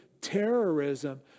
terrorism